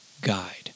guide